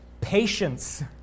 patience